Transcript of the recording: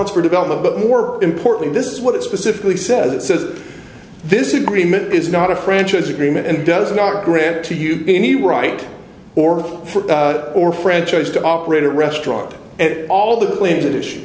ones for development but more importantly this is what it specifically says it says this agreement is not a franchise agreement and does not grant to you any right or for or franchise to operate a restaurant and all the claims